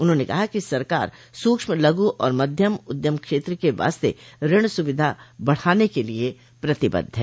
उन्होंने कहा कि सरकार सूक्ष्म लघु और मध्यम उद्यम क्षेत्र के वास्ते ऋण सुविधा बढ़ाने के लिए प्रतिबद्ध है